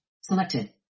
selected